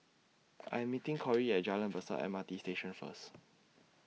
I Am meeting Cori At Jalan Besar M R T Station First